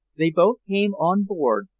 they both came on board,